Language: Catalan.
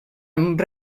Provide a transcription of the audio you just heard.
amb